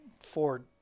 Ford